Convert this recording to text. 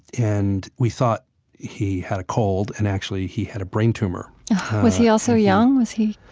and we thought he had a cold and actually he had a brain tumor was he also young? was he,